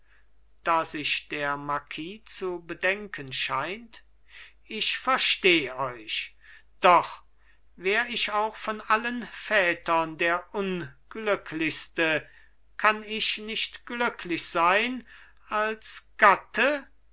da sich der marquis zu bedenken scheint ich versteh euch doch wär ich auch von allen vätern der unglücklichste kann ich nicht glücklich sein als gatte